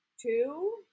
two